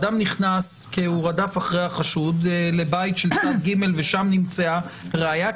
אדם נכנס כי הוא רדף אחרי החשוד לבית של צד ג' ושם נמצאה ראיה,